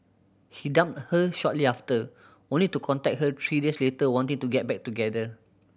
he dumped her shortly after only to contact her three days later wanting to get back together